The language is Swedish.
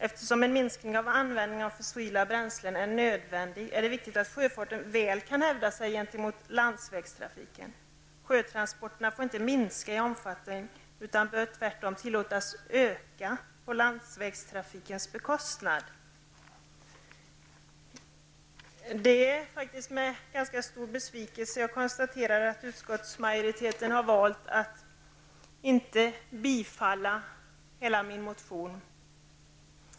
Eftersom en minskning av användningen av fossila bränslen är nödvändig är det också viktigt att sjöfarten väl kan hävda sig gentemot landsvägstrafiken. Sjötransporterna får inte minska i omfattning utan bör tvärtom tillåtas öka på landsvägstrafikens bekostnad. Det är faktiskt med ganska stor besvikelse som jag konstaterar att utskottsmajoriteten har valt att inte biträda hela min motion.